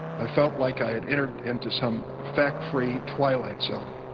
i felt like i had entered into some fact-free twilight zone.